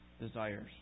desires